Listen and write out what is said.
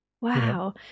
wow